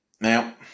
Now